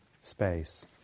space